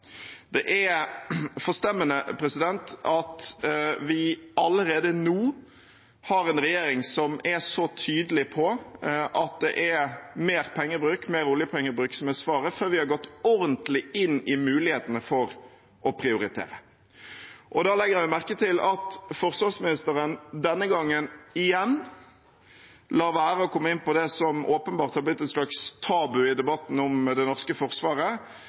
Det er forstemmende at vi allerede nå har en regjering som er så tydelig på at det er mer pengebruk, mer oljepengebruk, som er svaret, før vi har gått ordentlig inn i mulighetene for å prioritere. Da legger jeg merke til at forsvarsministeren denne gangen igjen lar være å komme inn på det som åpenbart har blitt et slags tabu i debatten om Det norske forsvaret,